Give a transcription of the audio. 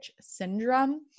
syndrome